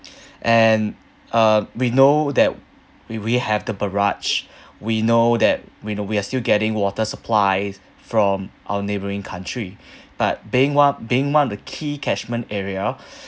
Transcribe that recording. and uh we know that we we have the barrage we know that we know we are still getting water supplies from our neighbouring country but being one being one of the key catchment area